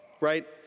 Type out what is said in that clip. Right